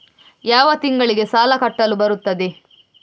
ಯಾವ ತಿಂಗಳಿಗೆ ಸಾಲ ಕಟ್ಟಲು ಬರುತ್ತದೆ?